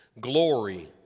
Glory